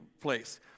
place